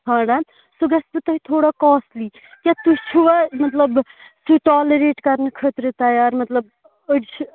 ژھانٛڈان سُہ گژھِوٕ تۄہہِ تھوڑا کاسٹلی کیٛاہ تُہۍ چھُوا مطلب سُہ ٹالٕریٹ کرنہٕ خٲطرٕ تیار مطلب أڑۍ چھِ